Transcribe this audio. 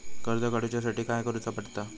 कर्ज काडूच्या साठी काय करुचा पडता?